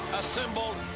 assembled